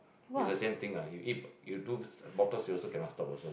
is a same thing lah you eat you do botox you also cannot stop also